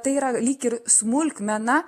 tai yra lyg ir smulkmena